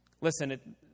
Listen